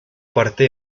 parte